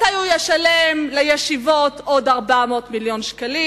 מתי הוא ישלם לישיבות עוד 400 מיליון שקלים,